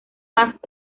más